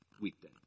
weekday